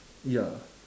ya